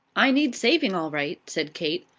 i need saving all right, said kate,